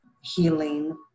Healing